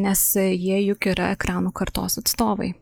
ir nes jie juk yra ekranų kartos atstovai